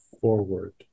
forward